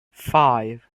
five